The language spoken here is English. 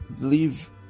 Leave